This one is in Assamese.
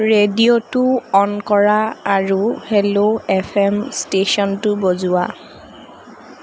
ৰেডিঅ'টো অন কৰা আৰু হেল্ল' এফ এম ষ্টেশ্যনটো বজোৱা